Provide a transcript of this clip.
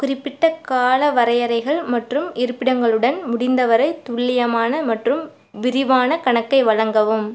குறிப்பிட்ட கால வரையறைகள் மற்றும் இருப்பிடங்களுடன் முடிந்தவரை துல்லியமான மற்றும் விரிவான கணக்கை வழங்கவும்